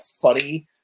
funny